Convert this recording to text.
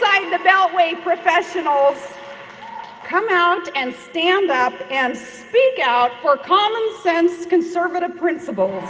inside-the-beltway professionals come out and stand up and speak out for commonsense conservative principles